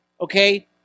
okay